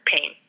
pain